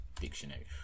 Dictionary